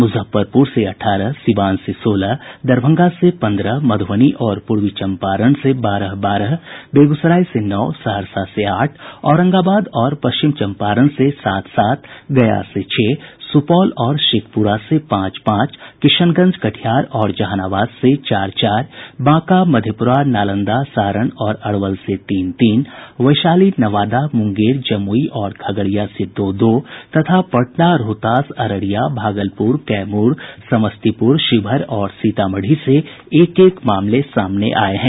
मूजफ्फरपूर से अठारह सीवान से सोलह दरभंगा से पन्द्रह मधूबनी और पूर्वी चम्पारण से बारह बारह बेगूसराय से नौ सहरसा से आठ औरंगाबाद और पश्चिम चम्पारण से सात सात गया से छह सुपौल और शेखपुरा से पांच पांच किशनगंज कटिहार और जहानाबाद से चार चार बांका मधेपुरा नालंदा सारण और अरवल से तीन तीन वैशाली नवादा मुंगेर जमुई और खगड़िया से दो दो तथा पटना रोहतास अररिया भागलपुर कैमूर समस्तीपुर शिवहर और सीतामढ़ी से एक एक मामले सामने आये हैं